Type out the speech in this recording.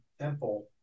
temple